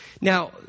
Now